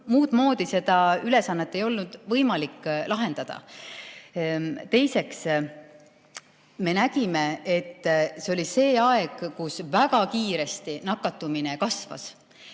muud moodi seda ülesannet võimalik lahendada. Teiseks, me nägime, et see oli aeg, kus väga kiiresti nakatumine kasvas.